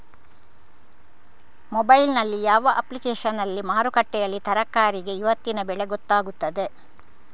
Mobile ನಲ್ಲಿ ಯಾವ ಅಪ್ಲಿಕೇಶನ್ನಲ್ಲಿ ಮಾರುಕಟ್ಟೆಯಲ್ಲಿ ತರಕಾರಿಗೆ ಇವತ್ತಿನ ಬೆಲೆ ಗೊತ್ತಾಗುತ್ತದೆ?